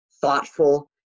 thoughtful